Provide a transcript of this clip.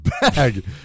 bag